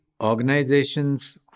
organizations